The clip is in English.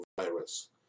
virus